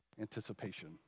anticipation